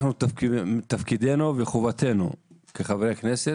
תפקידנו וחובתנו כחברי כנסת,